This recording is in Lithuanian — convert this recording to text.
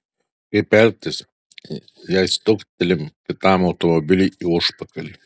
kaip elgtis jei stuktelim kitam automobiliui į užpakalį